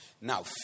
Now